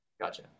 Gotcha